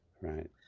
Right